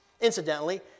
Incidentally